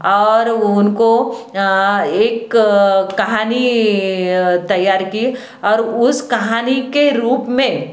और उनको एक कहानी तैयार की और उस कहानी के रूप में